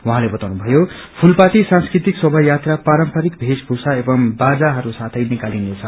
उहाँले बताउनु भयो फुलपाती सांस्कृतिक शोभा यात्रा पारम्परिक भेष भुषा एंव बाजाहरू साथै निकालिनेछ